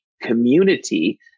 community